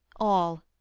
all,